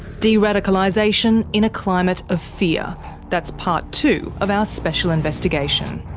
de-radicalisation in a climate of fear that's part two of our special investigation.